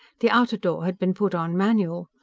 the outer door had been put on manual.